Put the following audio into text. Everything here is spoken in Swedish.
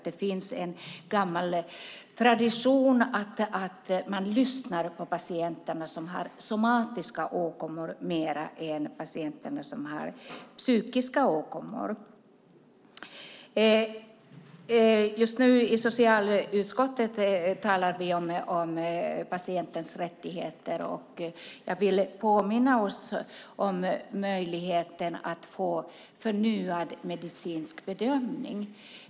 Det finns en gammal tradition att man lyssnar på patienterna som har somatiska åkommor mer än på patienterna som har psykiska åkommor. I socialutskottet talar vi nu om patientens rättigheter. Jag vill påminna om möjligheten att få en förnyad medicinsk bedömning.